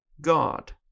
God